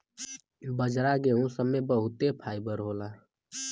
बाजरा गेहूं सब मे बहुते फाइबर होला